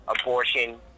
Abortion